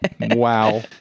Wow